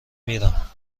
میرم